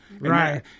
Right